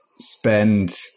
spend